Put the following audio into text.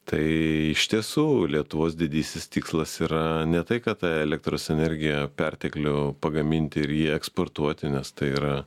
tai iš tiesų lietuvos didysis tikslas yra ne tai kad tą elektros energiją perteklių pagaminti ir jį eksportuoti nes tai yra